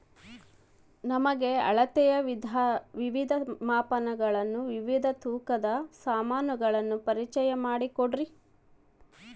ನಮಗೆ ಅಳತೆಯ ವಿವಿಧ ಮಾಪನಗಳನ್ನು ವಿವಿಧ ತೂಕದ ಸಾಮಾನುಗಳನ್ನು ಪರಿಚಯ ಮಾಡಿಕೊಡ್ರಿ?